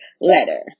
letter